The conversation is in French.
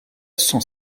cent